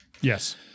Yes